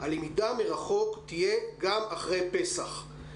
הלמידה מרחוק תהיה גם אחרי פסח.